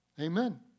Amen